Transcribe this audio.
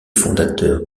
fondateur